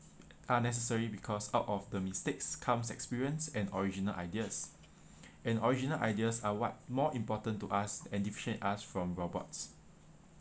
are necessary because out of the mistakes comes experience and original ideas and original ideas are what more important to us and differentiate us from robots